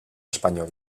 espanyol